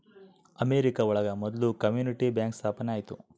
America ಒಳಗ ಮೊದ್ಲು community bank ಸ್ಥಾಪನೆ ಆಯ್ತು